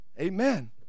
amen